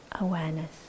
awareness